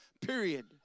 period